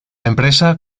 empresa